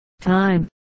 Time